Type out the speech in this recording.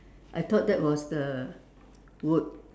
I thought that was the wood